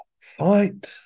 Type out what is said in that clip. fight